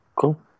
cool